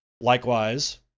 Likewise